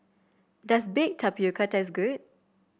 does Baked Tapioca taste good